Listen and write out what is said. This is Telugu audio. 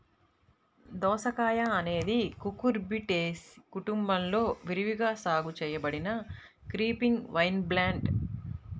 దోసకాయఅనేది కుకుర్బిటేసి కుటుంబంలో విరివిగా సాగు చేయబడిన క్రీపింగ్ వైన్ప్లాంట్